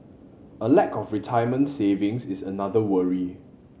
a lack of retirement savings is another worry